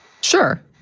Sure